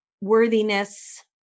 worthiness